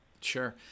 Sure